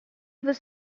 was